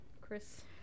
Chris